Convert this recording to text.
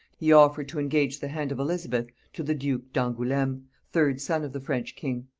he offered to engage the hand of elizabeth to the duke d'angouleme, third son of the french king.